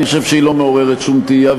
אבל אני חושב שהיא לא מעוררת שום תהייה,